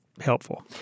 helpful